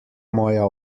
moja